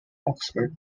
oxford